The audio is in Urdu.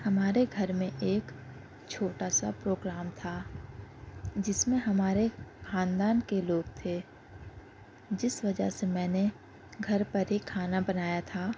ہمارے گھر میں ایک چھوٹا سا پروگرام تھا جس میں ہمارے خاندان کے لوگ تھے جس وجہ سے میں نے گھر پر ہی کھانا بنایا تھا